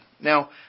Now